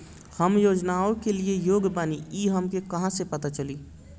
हम योजनाओ के लिए योग्य बानी ई हमके कहाँसे पता चली?